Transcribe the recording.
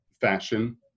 fashion